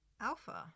Alpha